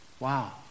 Wow